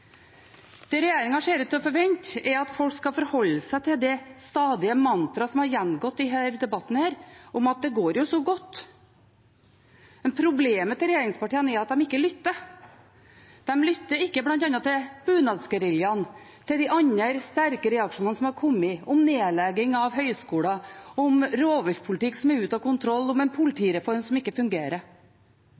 Det regjeringen ser ut til å forvente, er at folk skal forholde seg til det mantraet som stadig har gått igjen i denne debatten, om at det går så godt. Men problemet til regjeringspartiene er at de ikke lytter. De lytter ikke til bl.a. bunadsgeriljaen og til de andre sterke reaksjonene som har kommet – om nedlegging av høgskoler, om rovviltpolitikk som er ute av kontroll, om en politireform som ikke fungerer.